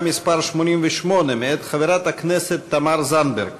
מס' 88 מאת חברת הכנסת תמר זנדברג.